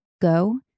go